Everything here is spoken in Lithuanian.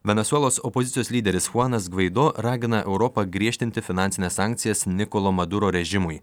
venesuelos opozicijos lyderis chuanas gvaido ragina europą griežtinti finansines sankcijas nikolo maduro režimui